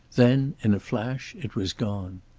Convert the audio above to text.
then, in a flash, it was gone.